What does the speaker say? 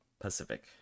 Pacific